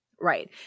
Right